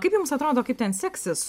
kaip jums atrodo kaip ten seksis